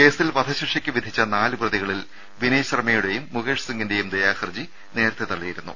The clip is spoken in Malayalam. കേസിൽ വധശിക്ഷക്ക് വിധിച്ച നാല് പ്രതികളിൽ വിനയ് ശർമയുടെയും മുകേഷ് സിങ്ങിന്റെയും ദയാഹർജി നേരത്തെ തള്ളിയിരുന്നു